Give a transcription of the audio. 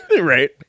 Right